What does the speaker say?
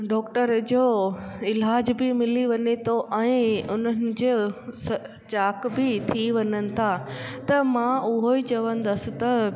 doctor जो इलाज बि मिली वञे थो ऐं उन्हनि जो स चाक बि थी वञनि था त मां उहो ई चवंदसि त